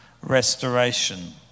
restoration